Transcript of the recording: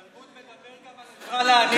תבוא תדבר גם על עזרה לעניים.